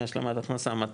מהשלמת הכנסה 200,